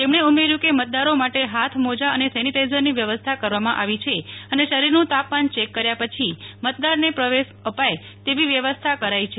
તેમણે ઉમેર્યું કે મતદારો માટે હાથ મોજા અને સેનેટાઇઝરની વ્યવસ્થા કરવામાં આવી છે અને શરીર નું તાપમાન ચેક કર્યા પછી મતદાર ને પ્રવેશ અપાય તેવી વ્યવસ્થા કરાઈ છે